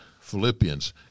Philippians